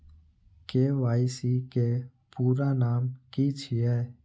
KYC के पूरा नाम की छिय?